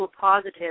positive